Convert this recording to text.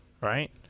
right